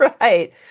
Right